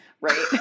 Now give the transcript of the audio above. Right